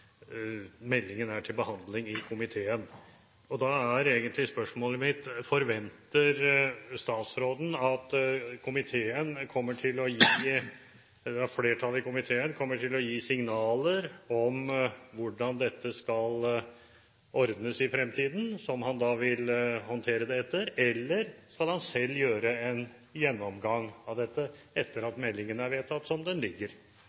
flertallet i komiteen kommer til å gi signaler om hvordan dette skal ordnes i fremtiden – som han da vil håndtere det etter – eller skal han selv gjøre en gjennomgang av dette etter at meldingen er vedtatt som den ligger?